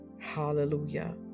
Hallelujah